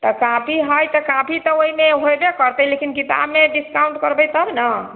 तऽ कापी हइ तऽ कापी तऽ ओहिमे होएबे करतै लेकिन किताबमे डिस्काउन्ट करबै तब ने